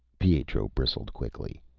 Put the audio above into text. pietro bristled quickly,